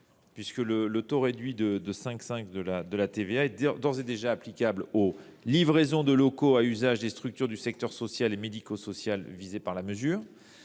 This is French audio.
sénateur, le taux réduit de TVA à 5,5 % est déjà applicable aux livraisons de locaux à usage des structures du secteur social et médico social visés par la mesure.